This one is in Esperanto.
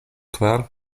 kvar